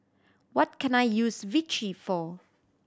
what can I use Vichy for